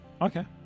Okay